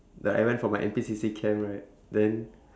like I went for my N_P_C_C camp right then